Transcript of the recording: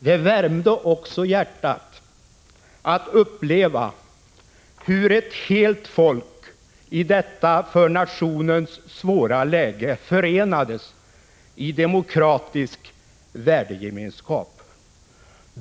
Det värmde också hjärtat att uppleva hur ett helt folk i detta för nationen svåra läge förenades i demokratisk värdegemenskap.